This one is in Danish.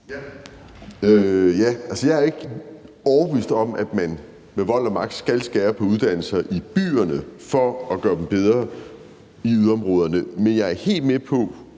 Jeg er ikke overbevist om, at man med vold og magt skal skære ned på uddannelser i byerne for at gøre dem bedre i yderområderne, men jeg er helt med på